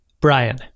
Brian